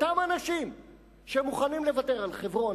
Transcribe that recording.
אותם אנשים שמוכנים לוותר על חברון,